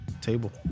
table